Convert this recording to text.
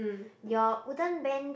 your wooden bench